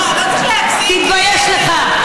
קצת קלישאה,